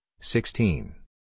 sixteen